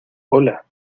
hola